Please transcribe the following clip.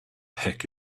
heck